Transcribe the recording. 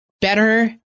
better